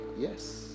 yes